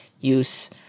use